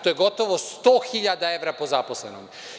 To je gotovo 100.000 evra po zaposlenom.